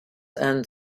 and